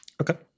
Okay